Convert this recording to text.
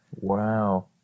Wow